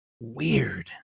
Weird